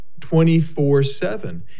24-7